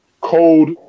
cold